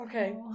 Okay